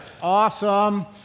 Awesome